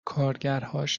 کارگرهاش